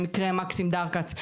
מקרה מקסים דרקץ,